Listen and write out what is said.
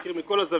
מכיר מכל הזוויות.